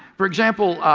for example,